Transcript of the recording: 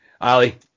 Ali